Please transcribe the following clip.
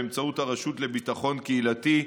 באמצעות הרשות לביטחון קהילתי,